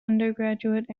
undergraduate